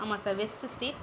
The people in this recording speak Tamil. ஆமாம் சார் வெஸ்ட்டு ஸ்ட்ரீட்